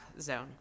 zone